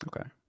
Okay